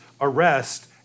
arrest